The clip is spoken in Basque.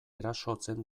erasotzen